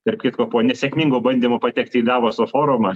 tarp kitko po nesėkmingo bandymo patekti į davoso forumą